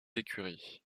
écuries